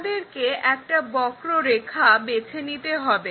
আমাদেরকে একটা বক্ররেখা বেছে নিতে হবে